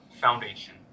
foundation